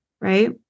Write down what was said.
Right